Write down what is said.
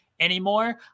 Anymore